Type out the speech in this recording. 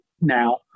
now